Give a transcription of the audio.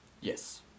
Yes